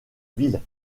ville